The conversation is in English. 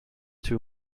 too